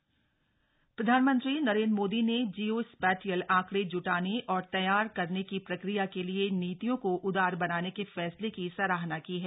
जियो spatial प्रधानमंत्री नरेन्द्र मोदी ने geospatial आंकड़े जुटाने और तैयार करने की प्रक्रिया के लिए नीतियों को उदार बनाने के फैसले की सराहना की है